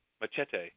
Machete